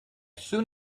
soon